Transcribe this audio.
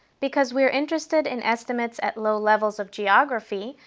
because we are interested in estimates at low levels of geography,